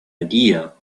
idea